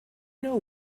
know